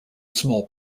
small